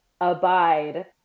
Abide